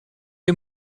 est